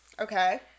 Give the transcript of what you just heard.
Okay